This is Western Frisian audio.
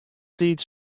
tiid